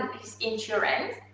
is insurance.